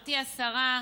גברתי השרה,